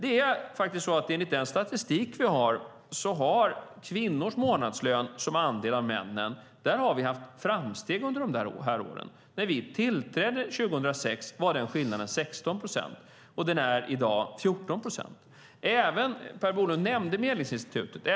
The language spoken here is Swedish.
Enligt statistiken har vi haft framsteg under dessa år när det gäller kvinnors månadslön som andel av männens. När vi tillträdde 2006 var skillnaden 16 procent, och den är i dag 14 procent. Per Bolund nämnde Medlingsinstitutet.